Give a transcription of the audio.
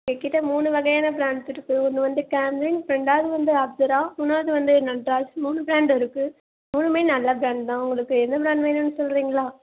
எங்ககிட்ட மூணு வகையான பிராண்ட்ஸ் இருக்குது ஒன்று வந்து கேம்லின் ரெண்டாவுது வந்து அப்ஸரா மூணாவது வந்து நட்ராஜ் மூணு பிராண்ட் இருக்குது மூணுமே நல்ல பிராண்ட் தான் உங்களுக்கு எந்த பிராண்ட் வேணும்னு சொல்லுறீங்களா